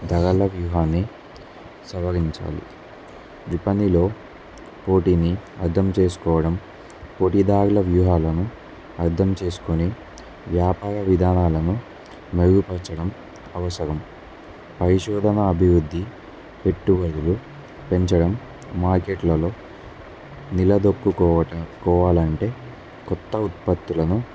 ధరల వ్యూహాన్ని సవరించాలి విపణిలో పోటీని అర్థం చేసుకోవడం పోటీదారుల వ్యూహాలను అర్థం చేసుకొని వ్యాపార విధానాలను మెరుగుపరచడం అవసరం పరిశోధన అభివృద్ధి పెట్టుబడులు పెంచడం మార్కెట్లలో నిలదొక్కుకోవడం కోవాలంటే క్రొత్త ఉత్పత్తులను